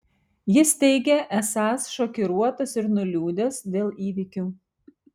jis teigė esąs šokiruotas ir nuliūdęs dėl įvykių